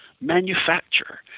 manufacture